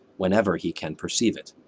whenever he can perceive it.